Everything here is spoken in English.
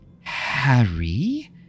harry